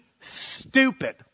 stupid